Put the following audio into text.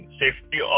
safety